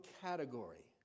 category